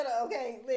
Okay